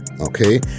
Okay